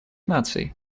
наций